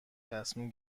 تصمیم